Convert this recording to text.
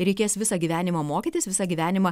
reikės visą gyvenimą mokytis visą gyvenimą